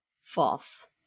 false